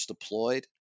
deployed